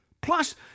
Plus